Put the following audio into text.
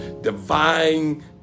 divine